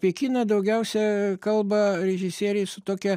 apie kiną daugiausia kalba režisieriai su tokia